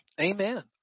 Amen